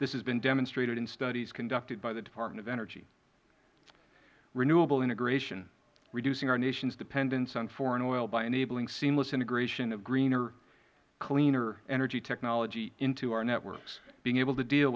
this has been demonstrated in studies conducted by the department of energy renewable integration reducing our nation's dependence on foreign oil by enabling seamless integration of greener cleaner energy technology into our network being able to deal